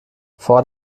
vor